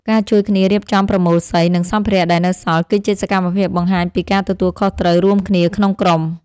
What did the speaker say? ការជួយគ្នារៀបចំប្រមូលសី និងសម្ភារៈដែលនៅសល់ គឺជាសកម្មភាពបង្ហាញពីការទទួលខុសត្រូវរួមគ្នាក្នុងក្រុម។